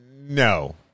No